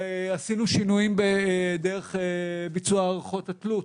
עשינו שינויים בדרך ביצוע הערכות התלות.